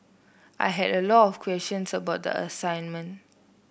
I had a lot of questions about the assignment